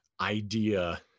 idea